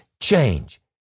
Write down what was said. change